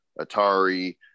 Atari